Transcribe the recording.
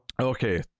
Okay